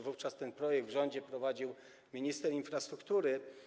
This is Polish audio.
Wówczas ten projekt w rządzie prowadził minister infrastruktury.